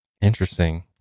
Interesting